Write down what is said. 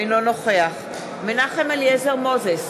אינו נוכח מנחם אליעזר מוזס,